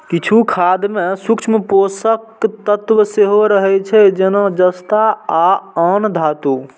किछु खाद मे सूक्ष्म पोषक तत्व सेहो रहै छै, जेना जस्ता आ आन धातु